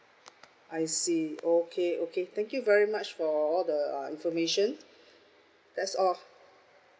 I see okay okay thank you very much for all the uh information that's all